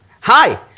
Hi